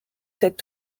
cette